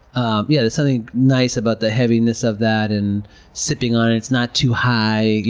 ah yeah there's something nice about the heaviness of that and sipping on it. it's not too high.